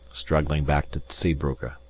struggling back to zeebrugge.